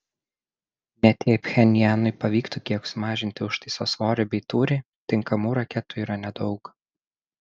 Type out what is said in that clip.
net jei pchenjanui pavyktų kiek sumažinti užtaiso svorį bei tūrį tinkamų raketų yra nedaug